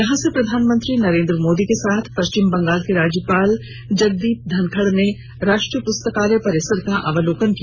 यहां से प्रधानमंत्री नरेंद्र मोदी के साथ पश्चिम बंगाल के राज्यपाल जगदीप धनखड़ ने राष्ट्रीय पुस्तकालय परिसर का अवलोकन किया